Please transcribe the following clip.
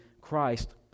Christ